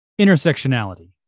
Intersectionality